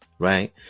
Right